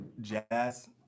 jazz